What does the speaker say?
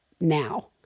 now